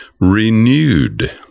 renewed